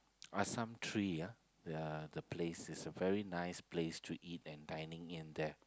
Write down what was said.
Assam-Tree ah the the place is a very nice place to eat and dining in there